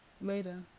Later